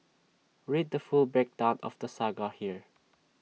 read the full breakdown of the saga here